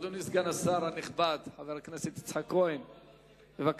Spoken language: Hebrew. אדוני סגן השר הנכבד, חבר הכנסת יצחק כהן, בבקשה.